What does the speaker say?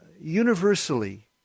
universally